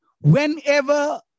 whenever